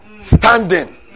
standing